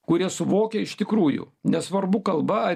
kuria suvokia iš tikrųjų nesvarbu kalba